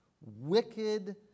wicked